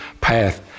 path